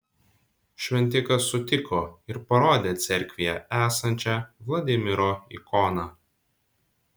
šventikas sutiko ir parodė cerkvėje esančią vladimiro ikoną